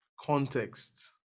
context